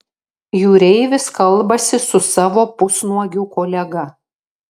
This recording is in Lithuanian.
jūreivis kalbasi su savo pusnuogiu kolega